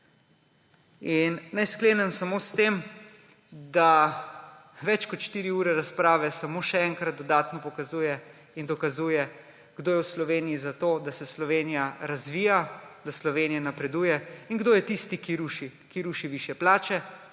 In naj sklenem samo s tem, da več kot 4 ure razprave samo še enkrat dodatno kaže in dokazuje, kdo je v Sloveniji za to, da se Slovenija razvija, da Slovenija napreduje, in kdo je tisti, ki ruši – ki